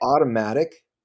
automatic